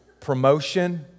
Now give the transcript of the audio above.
promotion